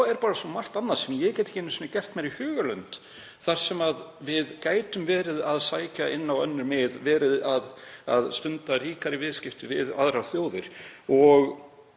En svo er bara svo margt annað sem ég get ekki einu sinni gert mér í hugarlund þar sem við gætum verið að sækja inn á önnur mið, verið að stunda ríkari viðskipti við aðrar þjóðir